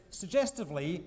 suggestively